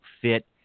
fit